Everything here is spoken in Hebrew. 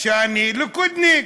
שאני ליכודניק,